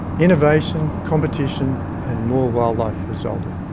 innovation, competition and more wildlife resulted.